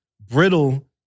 brittle